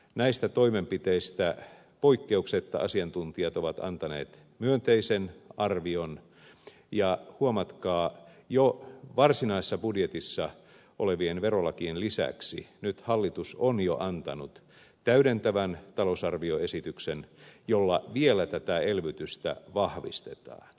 näistä toimenpiteistä poikkeuksetta asiantuntijat ovat antaneet myönteisen arvion ja huomatkaa jo varsinaisessa budjetissa olevien verolakien lisäksi nyt hallitus on jo antanut täydentävän talousarvioesityksen jolla vielä tätä elvytystä vahvistetaan